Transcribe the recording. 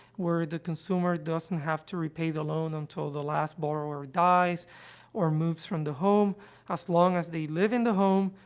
where the consumer doesn't have to repay the loan until the last borrower dies or moves from the home as long as they live in the home,